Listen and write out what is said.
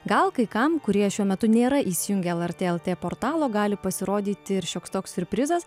gal kai kam kurie šiuo metu nėra įsijungę lrt lt portalo gali pasirodyti ir šioks toks siurprizas